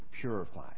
purified